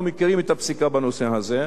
אנחנו מכירים את הפסיקה בנושא הזה,